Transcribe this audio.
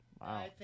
Wow